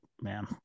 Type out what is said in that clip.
man